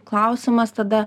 klausimas tada